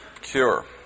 cure